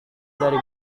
dari